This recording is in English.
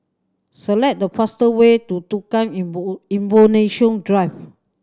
select the fastest way to Tukang Drive